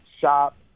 shop